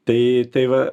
tai tai va